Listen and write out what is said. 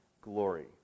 glory